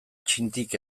txintik